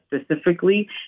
specifically